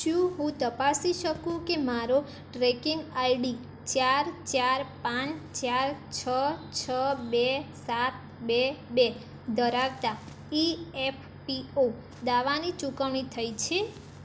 શું હું તપાસી શકું કે મારો ટ્રેકિંગ આઈ ડી ચાર ચાર પાંચ ચાર છ છ બે સાત બે બે ધરાવતા ઇ એફ પી ઓ દાવાની ચુકવણી થઈ છે